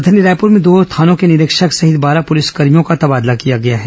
राजधानी रायपुर में दो थानों के निरीक्षक सहित बारह पुलिसकर्भियों का तबादला किया गया है